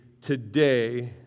today